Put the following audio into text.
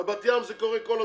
בבת ים זה קורה כל הזמן,